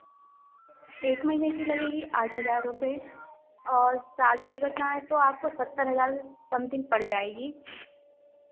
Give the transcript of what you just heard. एक महीने की लगेगी आठ हज़ार रुपए और साल की बताएँ तो आपको सत्तर हज़ार समथिंग पड़ जाएगी